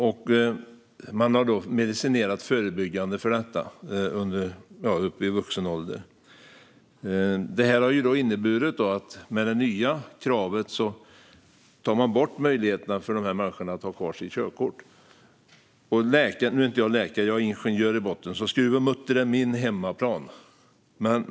De har då medicinerat förebyggande för detta upp i vuxen ålder. Med det nya kravet tog man bort möjligheten för dessa människor att ha kvar sitt körkort. Jag är inte läkare. Jag är ingenjör i botten, så skruv och mutter är min hemmaplan.